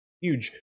huge